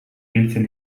biltzen